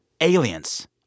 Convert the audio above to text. Aliens